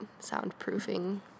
soundproofing